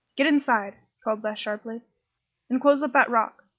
get inside! called beth, sharply and close up that rock.